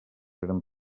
eren